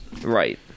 Right